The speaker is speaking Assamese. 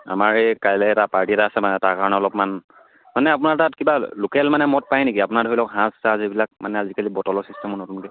আমাৰ এই কাইলৈ এটা পাৰ্টি এটা আছে মানে তাৰ কাৰণে অলপমান মানে আপোনাৰ তাত কিবা লোকেল মানে মদ পায় নেকি আপোনাৰ ধৰি লওক হাজ চাজ এইবিলাক মানে আজিকালি বটলৰ ছিষ্টেমত নতুনকৈ